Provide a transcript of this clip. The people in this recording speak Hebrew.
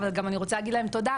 אבל אני גם רוצה להגיד להם תודה,